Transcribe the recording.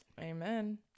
Amen